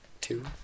two